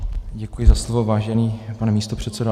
Děkuji za slovo, vážený pane místopředsedo.